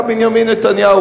היה בנימין נתניהו,